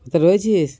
এতে রয়েছিস